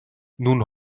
nun